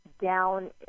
down